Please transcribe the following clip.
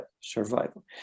survival